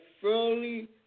fully